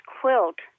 quilt